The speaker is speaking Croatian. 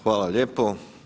Hvala lijepo.